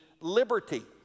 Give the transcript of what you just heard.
liberty